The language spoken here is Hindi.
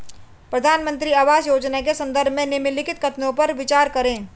प्रधानमंत्री आवास योजना के संदर्भ में निम्नलिखित कथनों पर विचार करें?